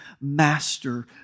master